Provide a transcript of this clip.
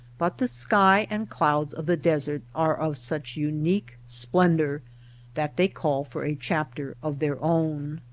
but the sky and clouds of the desert are of such unique splendor that they call for a chapter of their own.